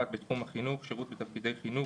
בתחום החינוך שירות בתפקידי חינוך,